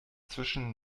zwischen